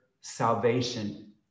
salvation